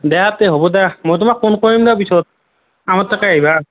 দে তে হ'ব দে মই তোমাক ফোন কৰিম দে পিছত আমাৰ তাতে আহিবা